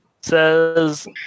says